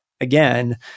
again